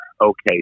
Okay